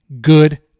good